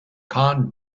con